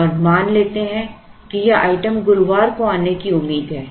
और मान लेते हैं कि यह आइटम गुरुवार को आने की उम्मीद है